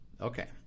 Okay